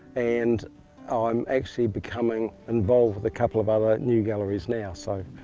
and i'm actually becoming involved with a couple of other new galleries now, so,